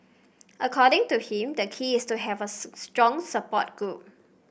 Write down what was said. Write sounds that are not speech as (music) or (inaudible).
according to him the key is to have a (unintelligible) strong support group